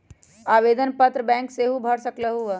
आवेदन पत्र बैंक सेहु भर सकलु ह?